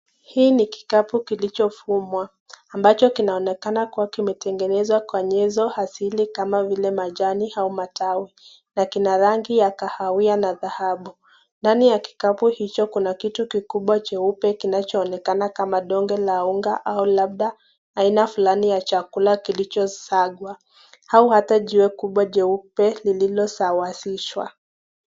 Hii ni kikapu kilichofumwa, ambacho kinaonekana kuwa kimetengenezwa kwa nyezo asili kama vile majani au matawi na kina rangi ya kahawia na dhahabu. Ndani ya kikapu hicho kuna kitu kikubwa cheupe, kinachoonekana kama donge la unga, au labda aina fulani ya chakula kilichosagwa. Au hata jiwe kubwa jeupe, lililosawazishwa.